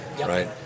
right